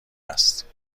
است